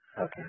Okay